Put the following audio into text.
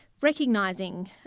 recognising